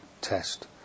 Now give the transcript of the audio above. test